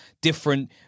different